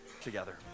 together